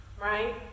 right